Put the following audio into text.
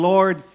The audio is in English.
Lord